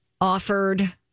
offered